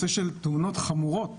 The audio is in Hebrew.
תאונות חמורות,